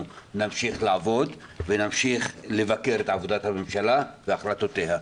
נמשיך לעבוד ונמשיך לבקר את עבודת הממשלה והחלטותיה.